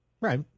Right